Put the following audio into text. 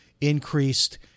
increased